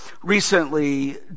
Recently